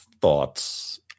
thoughts